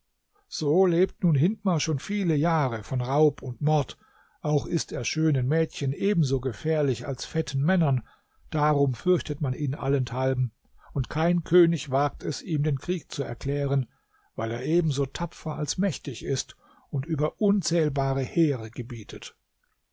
so lebt nun hindmar schon viele jahre von raub und mord auch ist er schönen mädchen ebenso gefährlich als fetten männern darum fürchtet man ihn allenthalben und kein könig wagt es ihm den krieg zu erklären weil er ebenso tapfer als mächtig ist und über unzählbare heere gebietet